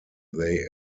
they